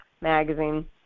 magazine